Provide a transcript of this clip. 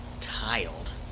tiled